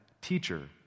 teacher